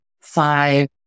five